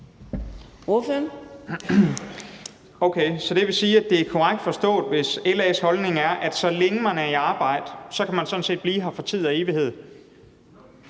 det vil sige, at det er korrekt forstået, at LA's holdning er, at så længe man er i arbejde, kan man sådan set blive her for tid og evighed.